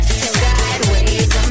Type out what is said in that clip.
sideways